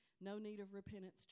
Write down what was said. no-need-of-repentance